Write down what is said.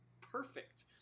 perfect